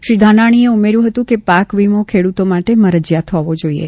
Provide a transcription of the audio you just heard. શ્રી ધાનાણીએ ઉમેર્યું હતું કે પાક વીમો ખેડૂતો માટે મરજીયાત હોવો જોઇએ